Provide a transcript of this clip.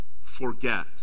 forget